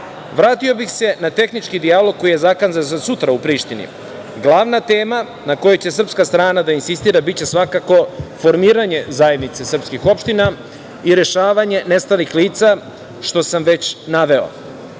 to. Vratio bih se na tehnički dijalog koji je zakazan za sutra u Prištini. Glavna tema na kojoj će srpska strana da insistira biće svakako formiranje Zajednice srpskih opština i rešavanje nestalih lica, što sam već naveo. Jedna